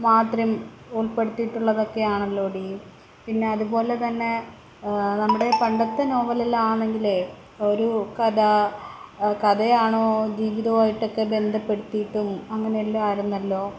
മാത്രം ഉൾപ്പെടുത്തിയിട്ടുള്ളത് ഒക്കെയാണല്ലോ എടി പിന്നെ അതുപോലെ തന്നെ നമ്മുടെ പണ്ടത്തെ നോവലിൽ ആണെങ്കിലേ ഒരു കഥ കഥയാണോ ജീവിതമായിട്ടൊക്കെ ബന്ധപ്പെടുത്തിയിട്ടും അങ്ങനെയെല്ലാം ആയിരുന്നല്ലോ